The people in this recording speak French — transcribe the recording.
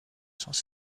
sans